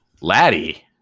Laddie